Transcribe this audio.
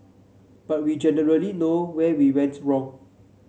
but we generally know where we went wrong